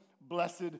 blessed